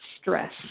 stress